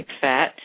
fat